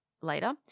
later